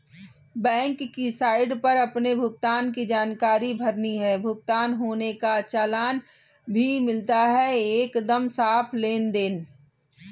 bank की site पर अपने भुगतान की जानकारी भरनी है, भुगतान होने का चालान भी मिलता है एकदम साफ़ लेनदेन